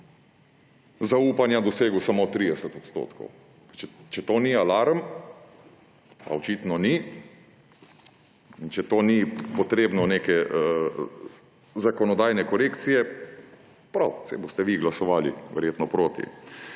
zaupanja dosegel samo 30 %. Če to ni alarm, a očitno ni, in če to ni potrebno neke zakonodajne korekcije, prav, saj boste vi glasovali, verjetno proti.